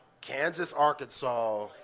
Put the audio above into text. Kansas-Arkansas